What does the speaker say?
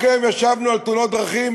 רק היום ישבנו על תאונות דרכים.